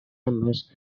numbers